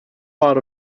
lot